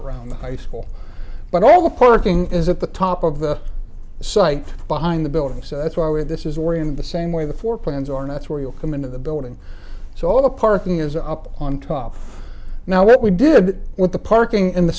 around the high school but all the parking is at the top of the site behind the building so that's why we have this is we're in the same way the four plans are now that's where you'll come into the building so all the parking is up on top now what we did with the parking in the